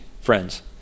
Friends